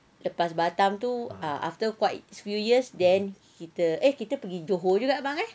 lepas batam tu then after quite a few years kita pergi johor juga kan bang kan